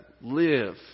live